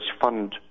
fund